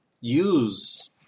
use